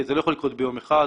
זה לא יכול לקרות ביום אחד,